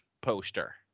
poster